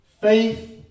faith